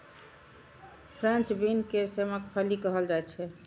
French bean के सेमक फली कहल जाइ छै